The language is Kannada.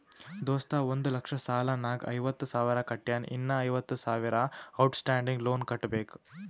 ದೋಸ್ತ ಒಂದ್ ಲಕ್ಷ ಸಾಲ ನಾಗ್ ಐವತ್ತ ಸಾವಿರ ಕಟ್ಯಾನ್ ಇನ್ನಾ ಐವತ್ತ ಸಾವಿರ ಔಟ್ ಸ್ಟ್ಯಾಂಡಿಂಗ್ ಲೋನ್ ಕಟ್ಟಬೇಕ್